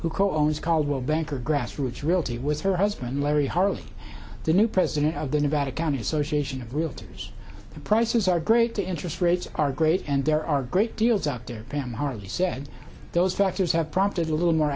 who cohen's caldwell banker grassroots realty with her husband larry harley the new president of the nevada county association of realtors the prices are great interest rates are great and there are great deals out there pam harvey said those factors have prompted a little more